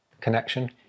connection